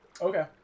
Okay